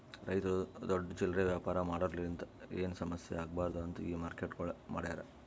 ರೈತುರು ದೊಡ್ಡ ಚಿಲ್ಲರೆ ವ್ಯಾಪಾರ ಮಾಡೋರಲಿಂತ್ ಏನು ಸಮಸ್ಯ ಆಗ್ಬಾರ್ದು ಅಂತ್ ಈ ಮಾರ್ಕೆಟ್ಗೊಳ್ ಮಾಡ್ಯಾರ್